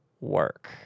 work